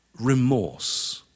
remorse